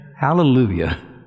Hallelujah